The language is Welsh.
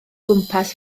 gwmpas